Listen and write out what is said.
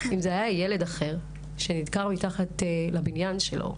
אם זה היה ילד אחר בן 15 שנדקר מתחת לבניין שלו,